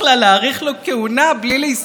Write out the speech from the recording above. זו פרקטיקה קבועה, זדונית.